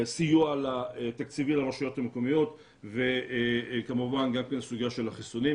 הסיוע לתקציבי הרשויות המקומיות וכמובן גם הסוגיה של החיסונים.